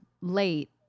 late